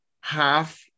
half